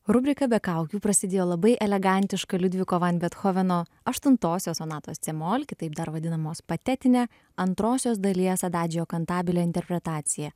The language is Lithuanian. rubrika be kaukių prasidėjo labai elegantiška liudviko van bethoveno aštuntosios sonatos cė mol kitaip dar vadinamos patetine antrosios dalies adadžio kantabile interpretacija